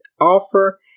offer